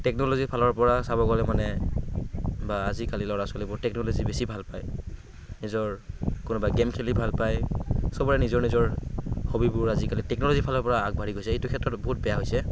technology ফালৰ পৰা চাব গ'লে মানে বা আজিকালি ল'ৰা ছোৱালীবোৰ টেকন'লজি বেছি ভাল পায় নিজৰ কোনোবাই গেম খেলি ভাল পায় চবৰে নিজৰ নিজৰ হবীবোৰ আজিকালি টেকন'লজি ফালৰ পৰা আগবাঢ়ি গৈছে এইটো ক্ষেত্ৰত বহুত বেয়া হৈছে